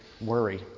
worry